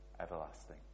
everlasting